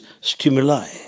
stimuli